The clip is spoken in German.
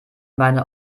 meine